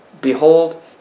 Behold